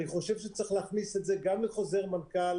אני חושב שצריך להכניס את זה גם לחוזר מנכ"ל